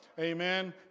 Amen